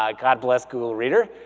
ah god bless google reader,